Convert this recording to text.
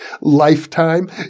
lifetime